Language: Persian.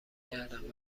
کردن